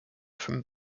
from